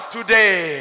today